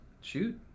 shoot